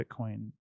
Bitcoin